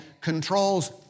controls